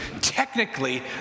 Technically